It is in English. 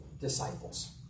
disciples